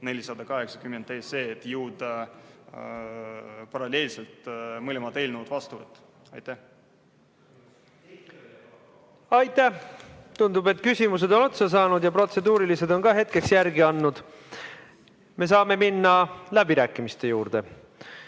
480 SE‑d, et jõuda paralleelselt mõlemad eelnõud vastu võtta. Aitäh! Tundub, et küsimused on otsa saanud ja protseduurilised on ka hetkeks järgi andnud. Me saame minna läbirääkimiste juurde.